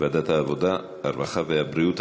לוועדת העבודה, הרווחה והבריאות.